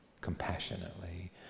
compassionately